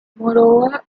moreover